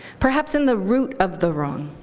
perhaps in the root of the wrong,